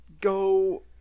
go